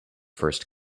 first